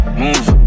move